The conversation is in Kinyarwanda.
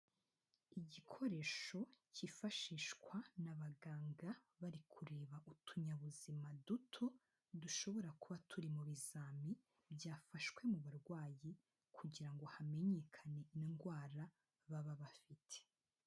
Igikoresho cyifashishwa n'abaganga bari kureba utunyabuzima duto, dushobora kuba turi mu bizami byafashwe mu barwayi kugira ngo hamenyekane indwara baba bafite.